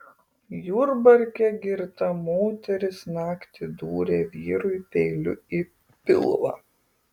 jurbarke girta moteris naktį dūrė vyrui peiliu į pilvą